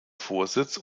vorsitz